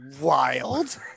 wild